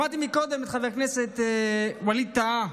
שמעתי קודם את חבר הכנסת ווליד טאהא,